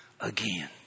again